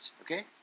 okay